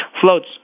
floats